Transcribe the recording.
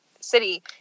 city